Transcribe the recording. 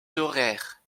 horaires